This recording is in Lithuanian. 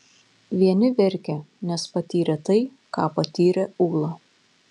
vieni verkė nes patyrė tai ką patyrė ūla